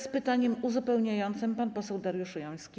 Z pytaniem uzupełniającym pan poseł Dariusz Joński.